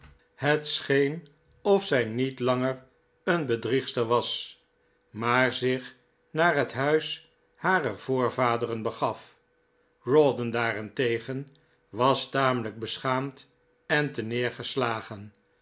het scheen of zij niet langer een bedriegster was maar zich naar het tehuis harer voorvaderen begaf rawdon daarentegen was tamelijk beschaamd en